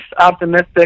optimistic